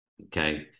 Okay